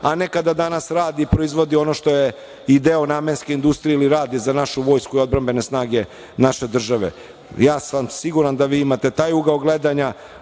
a ne kada danas radi i proizvodi ono što je i deo namenske industrije ili radi za našu vojsku i odbrambene snage naše države. Siguran sam da vi imate taj ugao gledanja,